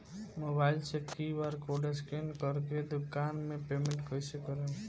Mobile से QR code scan कर के दुकान मे पेमेंट कईसे करेम?